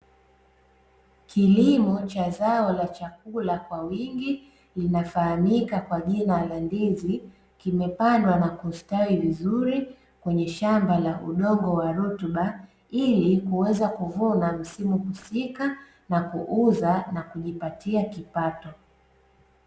Kilimo cha zao la chakula kwa wingi linafahamika kwa jina la ndizi kimepandwa na kustawi vizuri kwenye shamba la udongo wa rutuba ili kuweza kuvuna msimu husika na kuuza na kujipatia kipato.